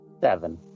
Seven